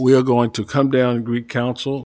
we are going to come down to greet counsel